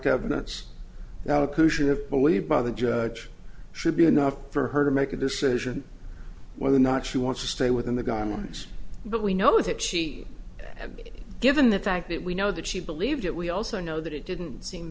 have believed by the judge should be enough for her to make a decision whether or not she wants to stay within the guidelines but we know that she had given the fact that we know that she believed that we also know that it didn't seem